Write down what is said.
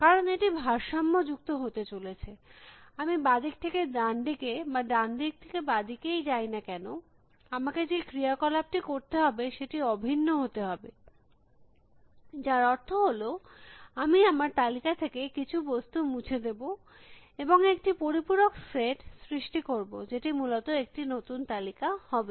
কারণ এটি ভারসাম্য যুক্ত হতে চলেছে আমি বাঁ দিক থেকে ডান দিকে বা ডান দিক থেকে বাঁ দিকেই যাই না কেন আমাকে যে ক্রিয়াকলাপ টি করতে হবে সেটি অভিন্ন হতে হবে যার অর্থ হল আমি আমার তালিকা থেকে কিছু বস্তু মুছে দেব এবং একটি পরিপূরক সেট সৃষ্টি করব যেটি মূলত একটি নতুন তালিকা হবে